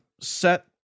set